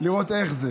לראות איך זה.